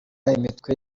imitwe